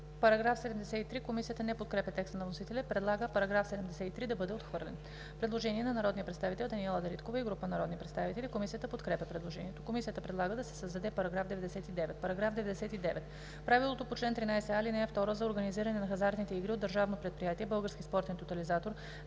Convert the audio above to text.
АНГЕЛОВА: Комисията не подкрепя текста на вносителя и предлага § 73 да бъде отхвърлен. Предложение на народния представител Даниела Дариткова и група народни представители. Комисията подкрепя предложението. Комисията предлага да се създаде § 99: „§ 99. Правилото по чл. 13а, ал. 2 за организиране на хазартните игри от Държавно предприятие „Български спортен тотализатор“